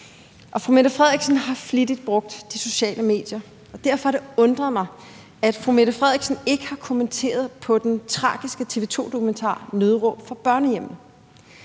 og statsministeren har flittigt brugt de sociale medier. Derfor har det undret mig, at statsministeren ikke har kommenteret på den tragiske TV 2-dokumentar »Nødråb fra børnehjemmet«.